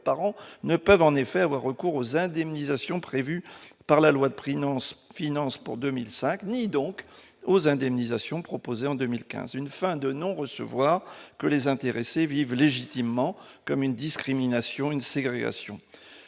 parents ne peuvent en effet avoir recours aux indemnisations prévues par la loi de prix finance pour 2005, ni donc aux indemnisations proposées en 2015, une fin de non-recevoir que les intéressés vivent légitimement comme une discrimination une ségrégation